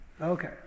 Okay